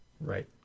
Right